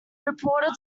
reported